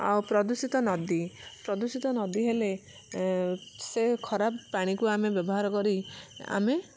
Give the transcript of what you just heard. ଆଉ ପ୍ରଦୂଷିତ ନଦୀ ପ୍ରଦୂଷିତ ନଦୀ ହେଲେ ଏ ସେ ଖରାପ ପାଣିକୁ ଆମେ ବ୍ୟବହାର କରି ଆମେ